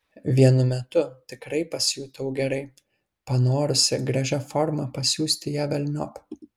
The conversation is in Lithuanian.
vienu metu tikrai pasijutau gerai panorusi gražia forma pasiųsti ją velniop